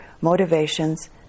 motivations